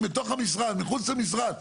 בתוך המשרד או מחוץ למשרד,